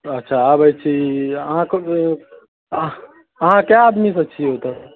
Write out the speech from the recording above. अच्छा आबै छी अहाँके हँ अहाँ कएक आदमीसँ छिए ओतऽ